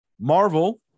marvel